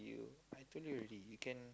you I told you already you can